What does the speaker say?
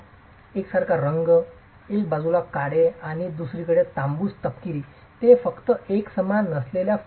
एकसारखा रंग एका बाजूला काळे आणि दुसरीकडे तांबूस तपकिरी ते फक्त एकसमान नसलेल्या फायरिंगमुळे